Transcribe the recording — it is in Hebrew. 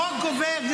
החוק גובר.